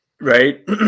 Right